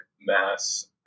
mass